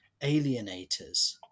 Alienators